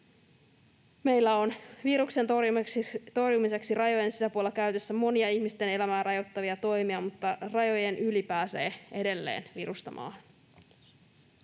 Meillä on viruksen torjumiseksi rajojen sisäpuolella käytössä monia ihmisten elämää rajoittavia toimia, mutta rajojen yli pääsee edelleen virusta maahan.